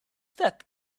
that